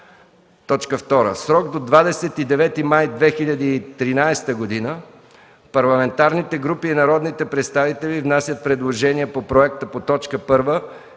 2. В срок до 29 май 2013 г. парламентарните групи и народните представители внасят предложения по проекта по т. 1